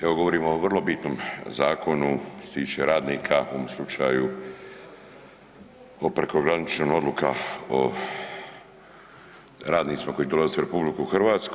Evo govorimo o vrlo bitnom zakonu što se tiče radnika, u ovome slučaju o prekogranična odluka o radnicima koji dolaze u RH.